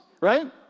right